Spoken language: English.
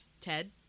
Ted